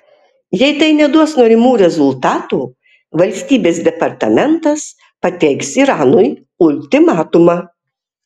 jei tai neduos norimų rezultatų valstybės departamentas pateiks iranui ultimatumą